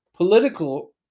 political